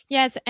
Yes